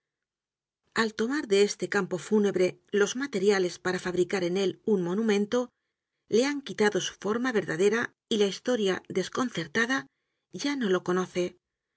al tomar de este campo fúnebre los materiales para fabricar en él un monumento le han quitado su forma verdadera y la historia desconcertada ya no lo conoce